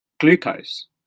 glucose